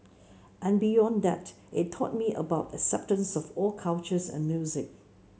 and beyond that it taught me about acceptance of all cultures and music